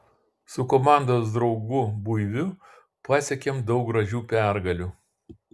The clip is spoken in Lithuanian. su komandos draugu buiviu pasiekėm daug gražių pergalių